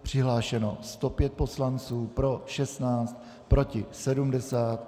Přihlášeno 105 poslanců, pro 16, proti 70.